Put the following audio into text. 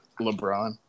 LeBron